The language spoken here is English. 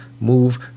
Move